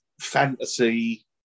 fantasy